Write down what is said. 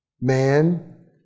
man